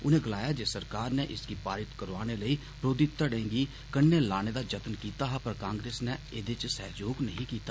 उनें गलाया जे सरकार नै इसगी पारित करोआने लेई बरोघी घडें गी कन्ने लाने दा जतन कीता हा पर कांग्रेस ने ऐदे च सहयोग नेहा दिता